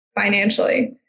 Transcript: financially